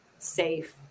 safe